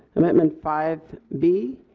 amendment five b.